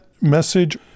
message